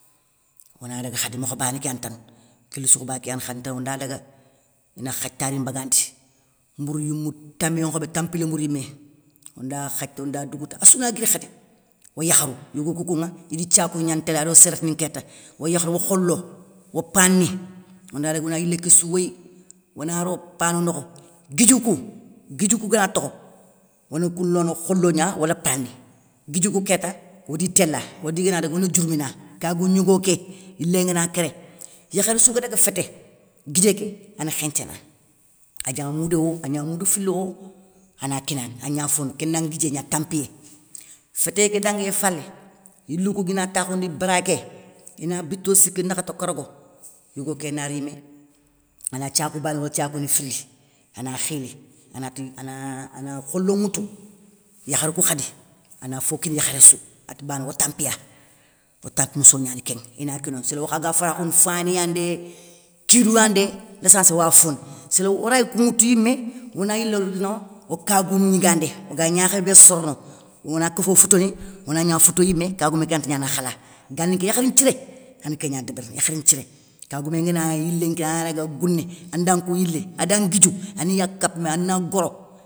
Onada khadi, mokho bané ké yani tane, guili sokhoba ké yani khadi tane ona khathitadé mbagandi, mbourou yimou tamiyé khobéné, tampilé mbouryimé, onda khathité onda dougouta assouna guiri khadi, o yakharou yougoukoukou nŋa, idi thiakou gna ntélé ado sérétini nkéta. oyakharou o kholo, o pane ni, onda daga ona yilé, késsou woyi, ona ro panou nokho, guidjou kou guidjou kou gana tokho, ona koulono kholo gna wala pane ni, guidjou kou kéta, odi téla, odi gana daga ona diourmina. kagoun gnigo ké, yilé ngana kéré, yakharé sou ga daga fété, guidjéké ana khénthié na, agna moudéwo, agna moudou fili wo ana kinaŋe, agna foni, kéna nguidjé gna tampiyé. Fétéyé ké danguiyé falé, yilou kou gana takhoundi bara ké ina bito siki nakhato karago, yigo ké narimé, ana thiakou bané woutou wala thiakou ni fili ana khili ana kholo nŋwoutou, yakharou kou khalé, ana fo kini yakharéssou, ati bane otampiya, o tampi mousso gnani kénŋa, ina kinoye séli okhaga farakhoune faniyane dé, kidouyane dé, léssentiel owafone, séré oray koun ŋwoutou yimé ona yilélono okagoumou gnigandé, oga gnakhamé bé sorono, ona kéfou foutoni, ona gna foutoyimé, kagoumé ké ganti gnana khala, ganinke yakhari nthiré, ana kéngna débérini, yakhari nthiré, yakhari nthiré kagoumé ngana yilé nkinaŋa ana daga gouné anda nkou yilé adan nguidjou, aniya kapmé ana goro.